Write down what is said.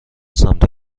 سمت